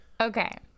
Okay